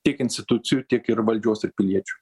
tiek institucijų tiek ir valdžios ir piliečių